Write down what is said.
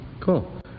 Cool